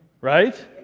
right